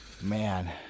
Man